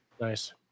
nice